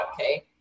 okay